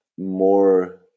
more